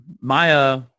Maya